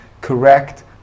correct